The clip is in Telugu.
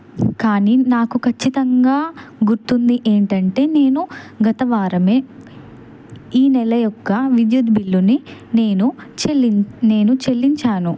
కానీ నాకు ఖచ్చితంగా గుర్తుంది ఏమిటి అం నేను గతవారమే ఈ నెల యొక్క విద్యుత్ బిల్లుని నేను నేను చెల్లించాను